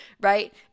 right